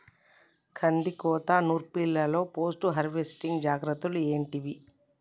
కందికోత నుర్పిల్లలో post harvesting జాగ్రత్తలు ఏంటివి?